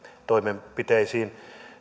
toimenpiteisiin